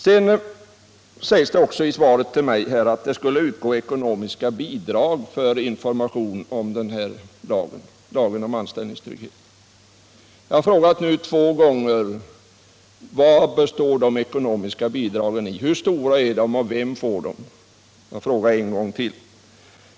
Det sägs också i svaret att det skulle utgå ekonomiska bidrag för information om lagen om anställningstrygghet. Jag har frågat två gånger: Vad består de ekonomiska bidragen i, hur stora är de och vem får dem? Jag frågar en gång till.